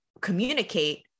communicate